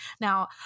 Now